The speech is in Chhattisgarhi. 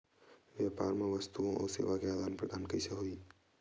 व्यापार मा वस्तुओ अउ सेवा के आदान प्रदान कइसे होही?